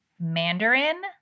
Mandarin